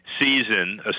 season